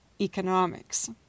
economics